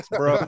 bro